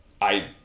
I-